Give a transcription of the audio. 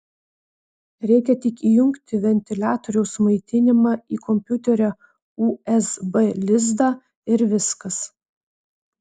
reikia tik įjungti ventiliatoriaus maitinimą į kompiuterio usb lizdą ir viskas